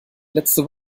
letzte